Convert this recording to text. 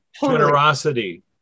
generosity